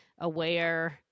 aware